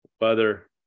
Weather